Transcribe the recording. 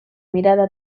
mirada